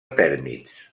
tèrmits